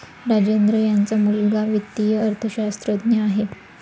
राजेंद्र यांचा मुलगा वित्तीय अर्थशास्त्रज्ञ आहे